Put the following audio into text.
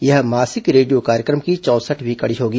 यह मासिक रेडियो कार्यक्रम की चौंसठवीं कड़ी होगी